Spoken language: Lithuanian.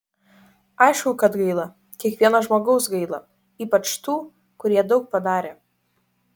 aišku kad gaila kiekvieno žmogaus gaila ypač tų kurie daug padarė